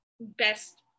best